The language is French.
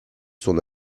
son